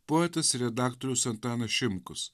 poetas ir redaktorius antanas šimkus